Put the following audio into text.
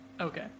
Okay